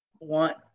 want